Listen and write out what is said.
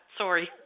sorry